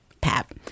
pap